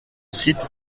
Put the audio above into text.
site